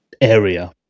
area